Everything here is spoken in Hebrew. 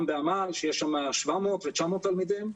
גם בעמל שיש שם 700 ו-900 תלמידים.